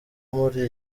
muri